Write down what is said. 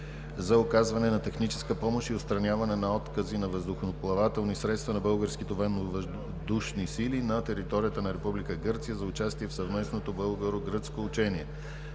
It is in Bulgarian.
за оказване на техническа помощ и отстраняване на откази на въздухоплавателни средства на българските Военновъздушни сили на територията на Република Гърция за участие в съвместното българо-гръцко учение.